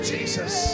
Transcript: Jesus